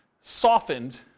softened